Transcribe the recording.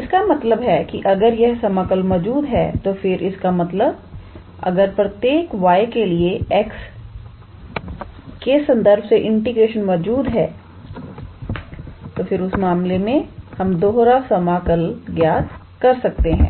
इसका मतलब है कि अगर यह समाकल मौजूद है तो फिर इसका मतलब अगर प्रत्येक y के लिए x संदर्भ से इंटीग्रेशन मौजूद है तो फिर उस मामले में हम दोहरा समाकल ज्ञात कर सकते हैं